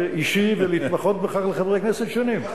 אישי ולהתמחות בכך בחברי כנסת שונים?